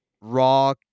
Raw